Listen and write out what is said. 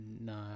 No